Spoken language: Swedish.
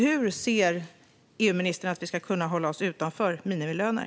Hur ser EU-ministern att vi ska kunna hålla oss utanför minimilöner?